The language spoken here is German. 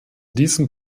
diesem